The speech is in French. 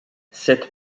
cette